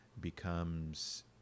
becomes